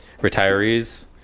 retirees